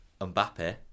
Mbappe